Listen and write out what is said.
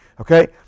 Okay